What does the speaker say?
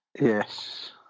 Yes